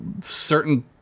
certain